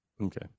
okay